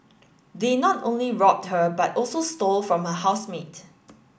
they not only robbed her but also stole from her housemate